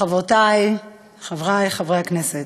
חברותי וחברי חברי הכנסת,